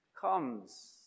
comes